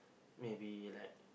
maybe like